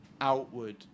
outward